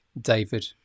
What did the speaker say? David